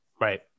Right